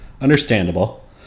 Understandable